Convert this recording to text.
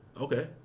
Okay